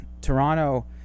Toronto